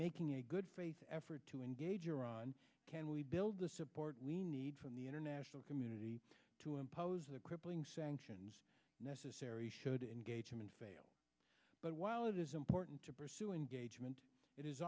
making a good faith effort to engage iran can we build the support we need from the international community to impose the crippling sanctions necessary showed engagement fail but while it is important to pursue engagement it is